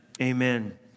amen